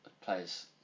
players